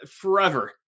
forever